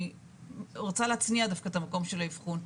אני רוצה להצניע דווקא את המקום של האבחון,